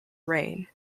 reign